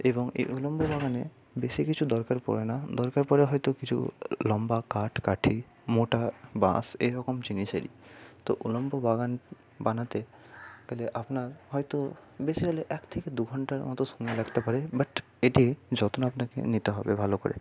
এবং এই উল্লম্ব বাগানে বেশি কিছু দরকার পড়ে না দরকার পড়ে হয়তো কিছু লম্বা কাঠ কাঠি মোটা বাঁশ এইরকম জিনিসেরই তো উল্লম্ব বাগান বানাতে গেলে আপনার হয়তো বেশি হলে এক থেকে দু ঘন্টার মতো সময় লাগতে পারে বাট এটির যত্ন আপনাকে নিতে হবে ভালো করে